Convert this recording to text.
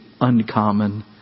uncommon